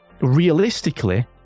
realistically